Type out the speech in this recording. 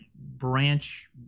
branch